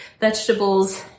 vegetables